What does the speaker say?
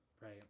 right